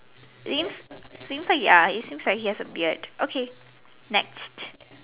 seems seems like ya it seems like he has a beard okay next